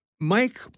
Mike